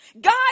God